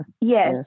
Yes